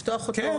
לפתוח אותו,